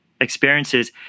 experiences